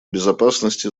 безопасности